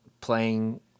playing